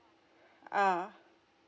ah